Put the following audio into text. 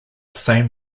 same